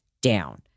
down